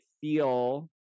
feel